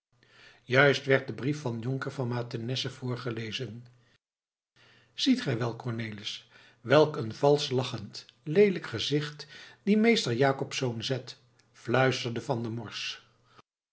juist werd de brief van jonker van mathenesse voorgelezen ziet gij wel cornelis welk een valsch lachend leelijk gezicht die meester jacobsz zet fluisterde van der morsch